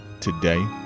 today